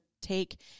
take